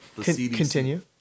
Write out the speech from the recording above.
Continue